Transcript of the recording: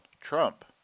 Trump